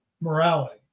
morality